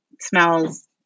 smells